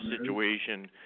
situation